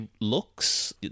looks